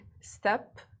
step